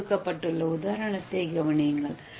கீழே கொடுக்கப்பட்டுள்ள உதாரணத்தைக் கவனியுங்கள்